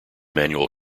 manual